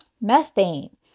methane